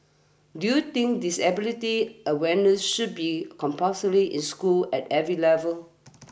do you think disability awareness should be compulsory in schools at every level